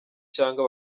cyangwa